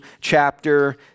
chapter